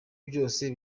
byose